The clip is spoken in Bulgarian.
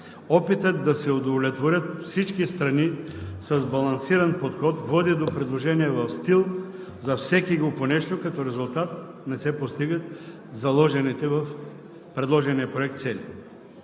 Опитът да се удовлетворят всички страни с балансиран подход води до предложения в стил „за всекиго по нещо“ – като резултат не се постигат заложените в предложения проект цели.